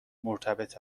مرتبط